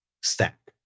stack